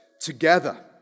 together